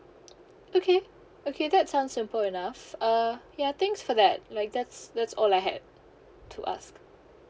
okay okay that sounds simple enough uh ya thanks for that like that's that's all I had to ask